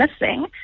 missing